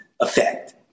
effect